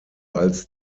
als